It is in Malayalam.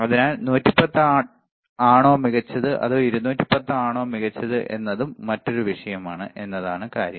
അതിനാൽ 110 ആണോ മികച്ചത് അതോ 230 വോൾട്ട് ആണോ മികച്ചത് എന്നതും മറ്റൊരു വിഷയമാണ് എന്നതാണ് കാര്യം